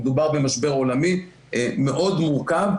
מדובר במשבר עולמי מאוד מורכב,